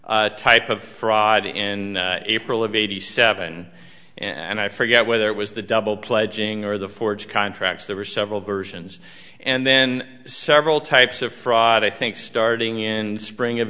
type of fraud in april of eighty seven and i forget whether it was the double pledging or the forged contracts there were several versions and then several types of fraud i think starting in the spring of